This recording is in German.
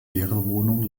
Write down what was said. lehrerwohnung